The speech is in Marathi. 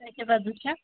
त्याच्या बाजूच्या